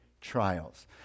Trials